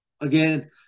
again